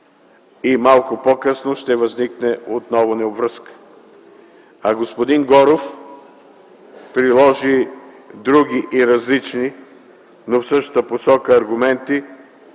и малко по-късно ще възникне отново необвръзка. А господин Горов приведе други и различни, но в същата посока аргументи,